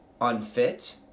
unfit